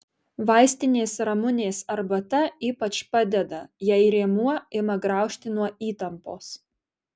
vaistinės ramunės arbata ypač padeda jei rėmuo ima graužti nuo įtampos